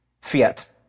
fiat